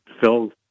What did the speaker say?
Phil